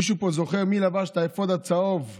מישהו פה זוכר מי לבש את האפוד הצהוב והתגאה,